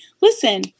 listen